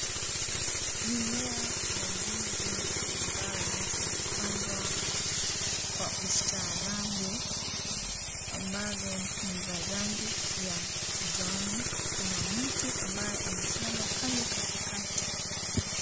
Mimea ya ndizi ambazo zimepandwa kwa ustarabu ambazo ni za rangi ya kijani. Kuna mtu ambaye amesimama pale kati kati.